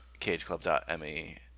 cageclub.me